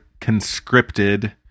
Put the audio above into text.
conscripted